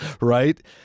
right